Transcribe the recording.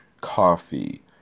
coffee